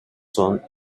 son